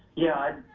yeah,